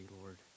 Lord